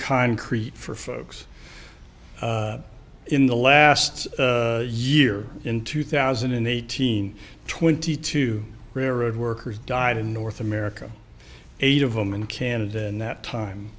concrete for folks in the last year in two thousand and eighteen twenty two railroad workers died in north america eight of them in canada in that time